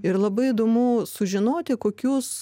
ir labai įdomu sužinoti kokius